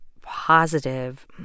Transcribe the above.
positive